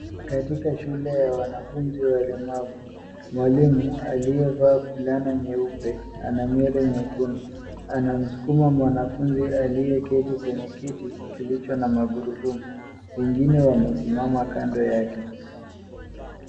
Katika shule ya wanafunzi walemavu. Mwalimu aliyevaa fulana nyeupe ana nywele nyekundu, anamskuma mwanafunzi aliyeketi kwenye kiti kilicho na magurudumu, wengne wamesimama kando yake.